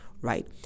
right